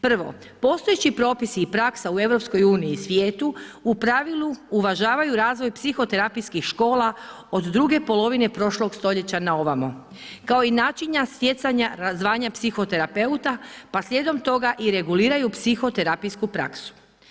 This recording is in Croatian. Prvo, postojeći propisi i praksa u EU i svijetu u pravilu uvažavaju razvoj psihoterapijskih škola od druge polovine prošlog stoljeća na ovamo kao i načina stjecanja zvanja psihoterapeuta pa slijedom toga i reguliraju psihoterapijsku praksu.